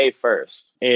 first